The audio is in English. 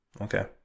Okay